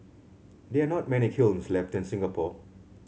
there are not many kilns left in Singapore